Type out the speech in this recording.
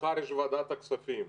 מחר יש ועדת הכספים.